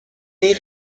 این